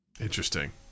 Interesting